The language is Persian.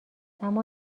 اما